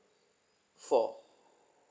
four